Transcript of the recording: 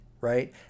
right